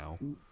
now